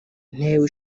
ntewe